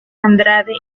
andrade